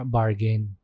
bargain